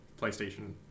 PlayStation